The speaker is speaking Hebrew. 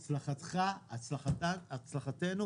הצלחתך-הצלחתנו,